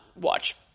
watch